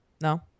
No